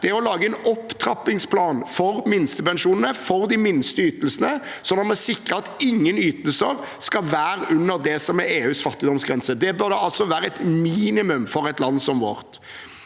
er å lage en opptrappingsplan for minstepensjonene, for de minste ytelsene, slik at vi sikrer at ingen ytelser er under EUs fattigdomsgrense. Det burde altså være et minimum for et land som vårt.